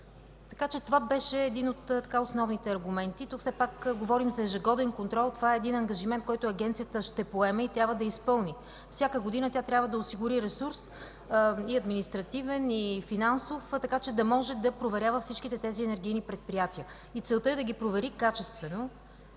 над 380. Това беше един от основните аргументи. Тук все пак говорим за ежегоден контрол. Това е един ангажимент, който Агенцията ще поеме и трябва да изпълни. Всяка година тя трябва да осигури ресурса – и административен, и финансов, така че да може да проверява всички тези енергийни предприятия. И целта е да ги провери качествено.